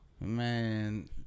Man